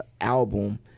album